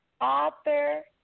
author